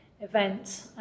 event